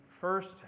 first